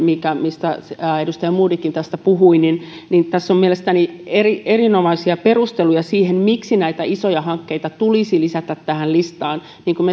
mistä edustaja modigkin puhui on mielestäni erinomaisia perusteluja sille miksi näitä isoja hankkeita tulisi lisätä tähän listaan niin kuin